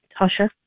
Tasha